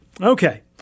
Okay